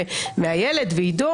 מאילת ומעידו